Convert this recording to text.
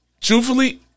truthfully